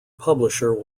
publisher